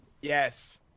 Yes